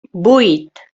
vuit